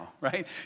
right